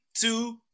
two